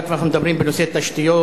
היות שאנחנו מדברים בנושא תשתיות,